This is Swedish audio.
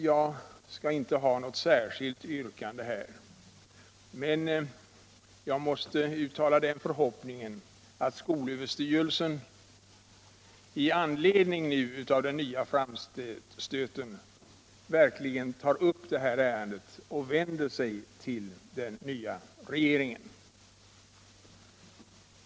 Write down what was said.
Jag skall inte framställa något yrkande, men jag måste uttala den förhoppningen att skolöverstyrelsen i anledning av den nya framstöten verkligen tar upp detta ärende på nytt och vänder sig till den nya regeringen.